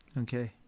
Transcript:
Okay